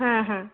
হ্যাঁ হ্যাঁ